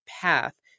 path